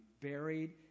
buried